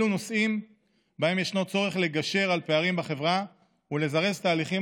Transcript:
אלה נושאים שבהם יש צורך לגשר על פערים בחברה ולזרז תהליכים